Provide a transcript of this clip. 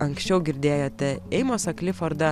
anksčiau girdėjote eimosą klifordą